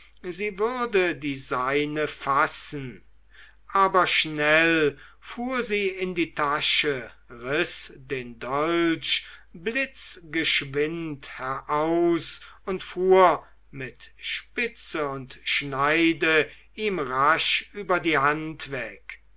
sie würde die seine fassen aber schnell fuhr sie in die tasche riß den dolch blitzgeschwind heraus und fuhr mit spitze und schneide ihm rasch über die hand weg